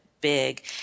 Big